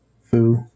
Foo